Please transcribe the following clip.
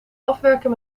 afwerken